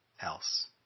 else